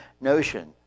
notion